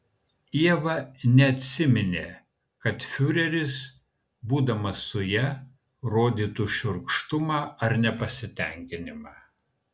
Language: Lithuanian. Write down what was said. ieva neatsiminė kad fiureris būdamas su ja rodytų šiurkštumą ar nepasitenkinimą